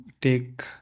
take